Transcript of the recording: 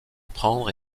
prendre